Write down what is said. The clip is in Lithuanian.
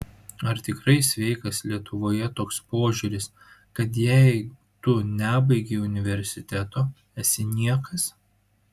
ar tikrai sveikas lietuvoje toks požiūris kad jei tu nebaigei universiteto esi niekas